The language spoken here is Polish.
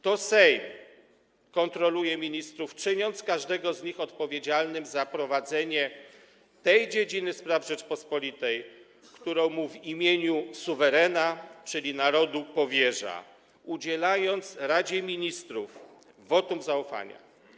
To Sejm kontroluje ministrów, czyniąc każdego z nich odpowiedzialnym za prowadzenie tej dziedziny spraw Rzeczypospolitej, którą mu w imieniu suwerena, czyli narodu, powierza, udzielając Radzie Ministrów wotum zaufania.